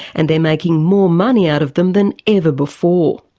and they're making more money out of them than ever before.